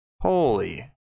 Holy